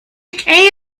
account